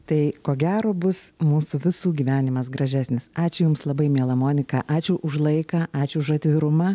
tai ko gero bus mūsų visų gyvenimas gražesnis ačiū jums labai miela monika ačiū už laiką ačiū už atvirumą